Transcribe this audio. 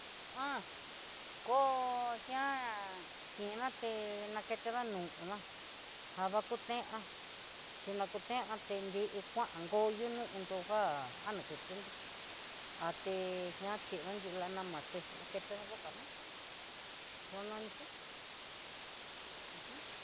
Jan kó ngian kina té nakete ná naná java kutean chinakutean tendí kuan koyunó ondó já, anaketendó ni'á chí la la muerté ankenró boca ná, donanixin uj.